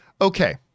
Okay